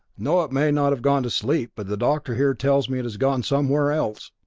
no, it may not have gone to sleep, but the doctor here tells me it has gone somewhere else.